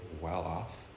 well-off